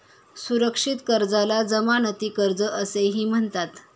सुरक्षित कर्जाला जमानती कर्ज असेही म्हणतात